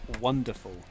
wonderful